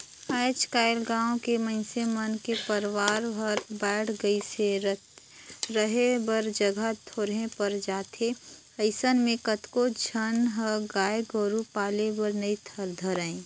आयज कायल गाँव के मइनसे मन के परवार हर बायढ़ गईस हे, रहें बर जघा थोरहें पर जाथे अइसन म कतको झन ह गाय गोरु पाले बर नइ धरय